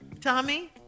Tommy